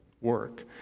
work